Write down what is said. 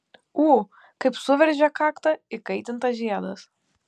ū kaip suveržė kaktą įkaitintas žiedas